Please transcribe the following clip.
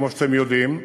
כמו שאתם יודעים.